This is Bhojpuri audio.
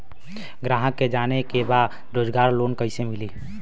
ग्राहक के जाने के बा रोजगार लोन कईसे मिली?